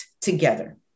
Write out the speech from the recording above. together